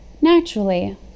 naturally